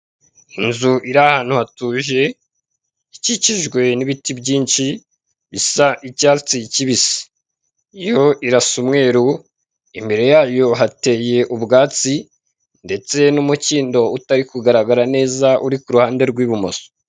Inzu iri ahantu hatuje ikikijwe n'ibiti byinshi bisa icyatsi kibisi, yo irasa umweru imbere yayo hateye ubwatsi ndetse n'umukindo utari kugaragara neza uri ku ruhande rw'ibumoso.